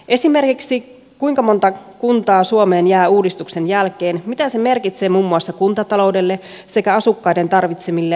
esimerkiksi kuinka monta kuntaa suomeen jää uudistuksen jälkeen mitä se merkitsee muun muassa kuntataloudelle sekä asukkaiden tarvitsemille lähipalveluille